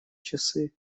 часы